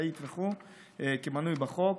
משאית וכו' כמנוי בחוק,